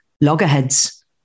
Loggerheads